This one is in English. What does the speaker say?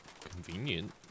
convenient